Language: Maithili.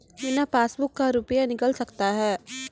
बिना पासबुक का रुपये निकल सकता हैं?